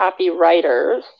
copywriters